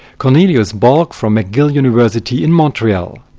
cornelius borck from mcgill university in montreal.